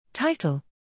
Title